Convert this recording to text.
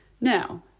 Now